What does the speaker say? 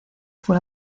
fue